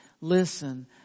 listen